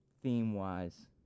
theme-wise